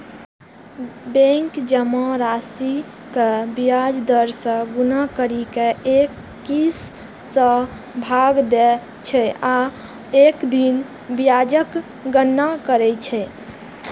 bank जमा राशि कें ब्याज दर सं गुना करि कें एक सय सं भाग दै छै आ एक दिन ब्याजक गणना करै छै